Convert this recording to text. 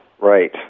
right